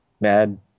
mad